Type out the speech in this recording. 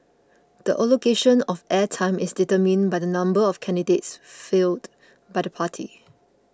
the allocation of air time is determined by the number of candidates fielded by the party